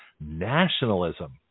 nationalism